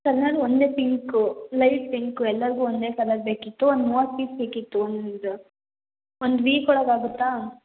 colour ಒಂದೇ pink light pink ಎಲ್ಲರಿಗೂ ಒಂದೇ ಕಲರ್ ಬೇಕಿತ್ತು ಒಂದು ಮೂವತ್ತು ಪೀಸ್ ಬೇಕಿತ್ತು ಒಂದು ಒಂದು ವೀಕ್ ಒಳಗೆ ಆಗುತ್ತಾ